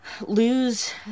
lose